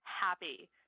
happy